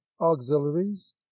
auxiliaries